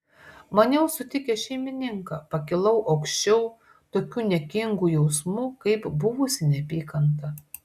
maniau sutikęs šeimininką pakilau aukščiau tokių niekingų jausmų kaip buvusi neapykanta